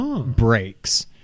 breaks